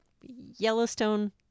Yellowstone